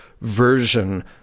version